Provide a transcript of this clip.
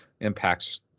impacts